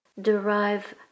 derive